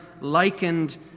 likened